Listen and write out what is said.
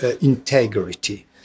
integrity